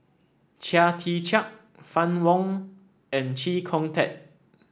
Chia Tee Chiak Fann Wong and Chee Kong Tet